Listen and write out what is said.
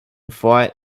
fought